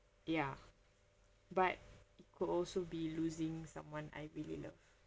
ya but it could also be losing someone I really love